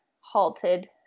halted